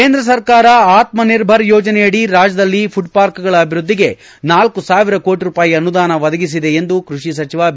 ಕೇಂದ್ರ ಸರ್ಕಾರದ ಆತ್ಮ ನಿರ್ಭರ್ ಯೋಜನೆಯಡಿ ರಾಜ್ಯದಲ್ಲಿ ಫುಡ್ಪಾರ್ಕ್ಗಳ ಅಭಿವೃದ್ದಿಗೆ ನಾಲ್ಲು ಸಾವಿರ ಕೋಟಿ ರೂಪಾಯಿ ಅನುದಾನ ಒದಗಿಸಲಾಗಿದೆ ಎಂದು ಕೃಷಿ ಸಚಿವ ಬಿ